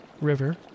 River